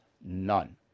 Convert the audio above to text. none